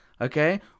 Okay